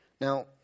Now